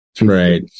Right